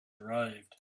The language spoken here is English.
arrived